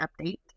update